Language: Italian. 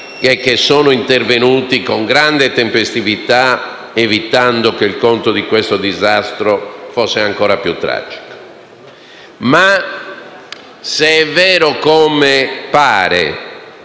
e che sono intervenuti, con grande tempestività, evitando che il conto di questo disastro fosse ancora più tragico. Ma se è vero, come pare,